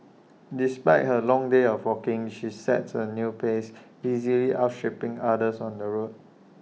despite her long day of walking she sets A quick pace easily outstripping others on the road